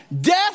death